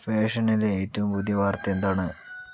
ഫാഷനിലെ ഏറ്റവും പുതിയ വാർത്ത എന്താണ്